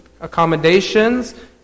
accommodations